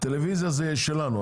טלוויזיה זה שלנו,